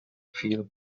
feel